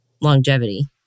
longevity